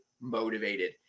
motivated